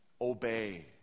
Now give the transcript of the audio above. obey